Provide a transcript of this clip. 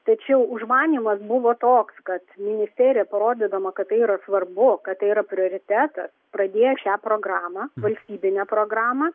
tačiau užmanymas buvo toks kad ministerija parodydama kad tai yra svarbu kad tai yra prioritetas pradėjo šią programą valstybinę programą